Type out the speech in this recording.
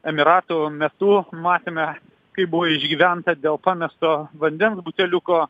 emyratų metu matėme kaip buvo išgyventa dėl pamesto vandens buteliuko